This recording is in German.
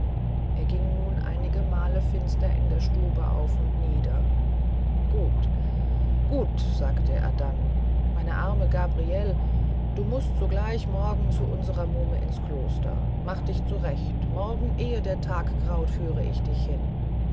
er ging nun einige male finster in der stube auf und nieder gut gut sagte er dann meine arme gabriele so mußt du gleich morgen zu unserer muhme ins kloster mach dich zurecht morgen ehe der tag graut führ ich dich hin